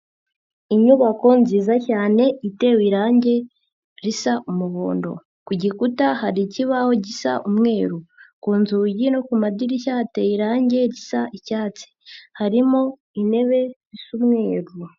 Inyubako nziza cyane itewe irangi risa umuhondo, ku gikuta hari ikibaho gisa umweru, ku nzugi no ku madirishya hateye irangi risa icyatsi, harimo intebe zisa umweru.